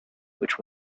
which